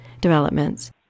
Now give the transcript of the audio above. developments